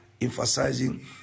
emphasizing